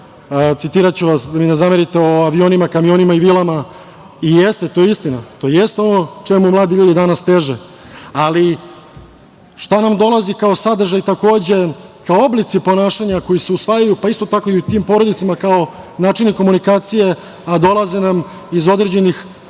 citiraću vas, da mi ne zamerite, o avionima, kamionima i vilama. I jeste, to je istina, to jeste ono čemu mladi ljudi danas teže, ali što nam dolazi kao sadržaj takođe, kao oblici ponašanja koji se usvajaju, pa isto tako i u tim porodicama, kao načini komunikacije, a dolaze nam iz određenih